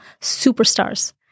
superstars